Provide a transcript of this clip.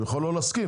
הוא יכול לא להסכים,